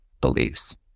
beliefs